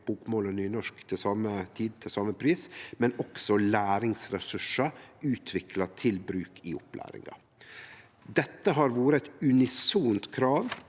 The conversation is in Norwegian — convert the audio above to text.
bokmål og nynorsk til same tid til same pris, men også læringsressursar utvikla til bruk i opplæringa. Dette har vore eit unisont krav